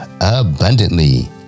abundantly